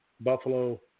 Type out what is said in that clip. Buffalo